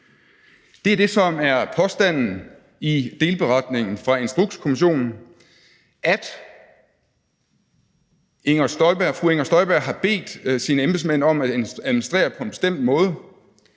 Det er det, som er påstanden i delberetningen fra Instrukskommissionen, nemlig at fru Inger Støjberg har bedt sine embedsmænd om at administrere på en bestemt måde,